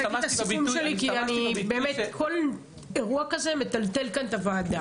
כל אירוע כזה מטלטל כאן את הוועדה.